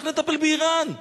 אז איך נטפל באירן?